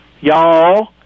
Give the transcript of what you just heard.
y'all